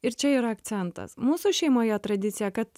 ir čia yra akcentas mūsų šeimoje tradicija kad